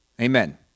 Amen